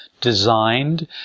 designed